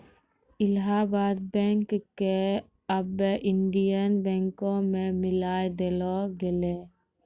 Allahabad bank क आबै Indian बैंको मे मिलाय देलो गेलै